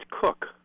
cook